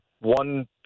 One